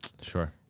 Sure